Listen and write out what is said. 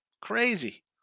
Crazy